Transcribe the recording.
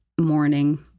morning